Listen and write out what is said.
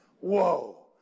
whoa